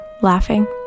laughing